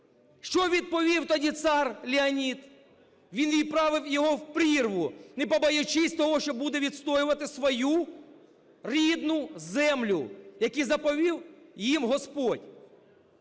Що відповів тоді цар Леонід? Він відправив його в прірву, не побоюючись того, що буде відстоювати свою рідну землю, яку заповів їм Господь.